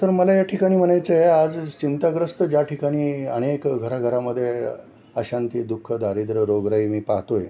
तर मला या ठिकाणी म्हणायचं आहे आज चिंताग्रस्त ज्या ठिकाणी अनेक घराघरामध्ये अशांती दुःख दारिद्र्य रोगराई मी पाहातो आहे